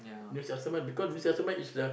new testament because new testament is the